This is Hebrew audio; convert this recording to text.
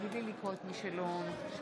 עכשיו ייקראו שמות האנשים שלא נכחו